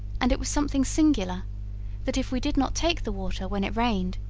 and it was something singular that, if we did not take the water when it rained,